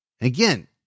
Again